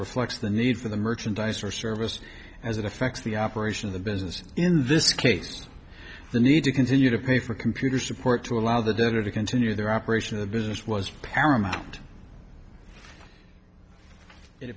reflects the need for the merchandise or service as it affects the operation of the business and in this case the need to continue to pay for computer support to allow the debtor to continue their operation of the business was paramount it